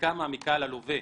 בדיקה מעמיקה ללווה,